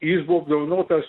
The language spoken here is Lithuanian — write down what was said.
jis buvo apdovanotas